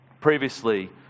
previously